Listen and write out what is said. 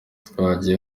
twagiye